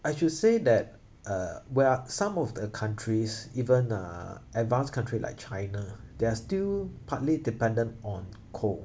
I should say that uh where are some of the countries even uh advanced country like china they are still partly dependent on coal